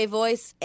voice